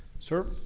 sir,